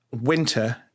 winter